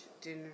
dinner